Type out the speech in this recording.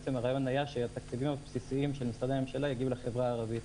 הרעיון היה שהתקציבים הבסיסיים של משרדי הממשלה יגיעו לחברה הערבית.